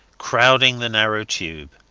crowding the narrow tube.